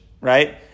right